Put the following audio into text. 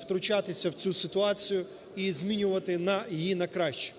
втручатися в цю ситуацію і змінювати її на краще.